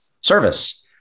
service